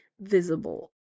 visible